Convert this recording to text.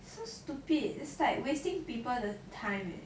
so stupid it's like wasting people 的 time eh